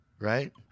right